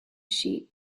sheep